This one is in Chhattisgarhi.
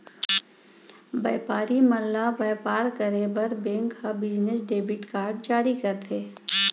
बयपारी मन ल बयपार करे बर बेंक ह बिजनेस डेबिट कारड जारी करथे